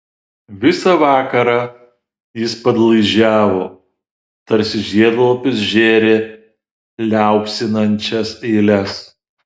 visą vakarą jis padlaižiavo tarsi žiedlapius žėrė liaupsinančias eiles